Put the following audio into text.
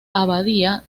abadía